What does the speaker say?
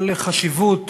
על חשיבות